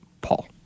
Paul